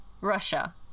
Russia